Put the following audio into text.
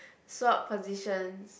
swop positions